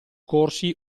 corsi